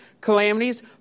calamities